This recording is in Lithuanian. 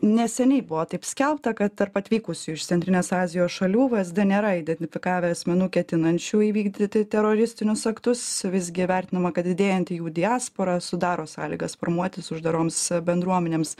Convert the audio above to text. neseniai buvo taip skelbta kad tarp atvykusių iš centrinės azijos šalių vzd nėra identifikavę asmenų ketinančių įvykdyti teroristinius aktus visgi vertinama kad didėjanti jų diaspora sudaro sąlygas formuotis uždaroms bendruomenėms